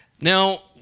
Now